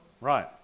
Right